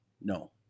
no